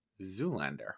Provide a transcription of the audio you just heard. Zoolander